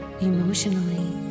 emotionally